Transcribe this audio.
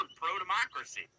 pro-democracy